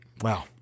Wow